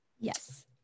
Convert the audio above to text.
Yes